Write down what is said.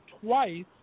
twice